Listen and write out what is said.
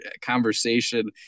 conversation